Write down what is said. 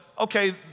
Okay